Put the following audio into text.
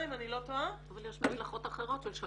אם אני לא טועה- - אבל יש משלחות אחרות של שגרירים צעירים.